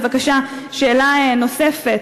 בבקשה שאלה נוספת,